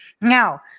Now